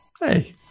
Hey